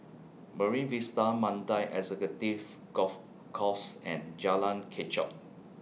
Marine Vista Mandai Executive Golf Course and Jalan Kechot